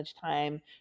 time